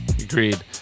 Agreed